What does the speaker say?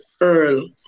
Earl